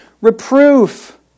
reproof